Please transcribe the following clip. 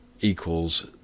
equals